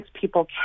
people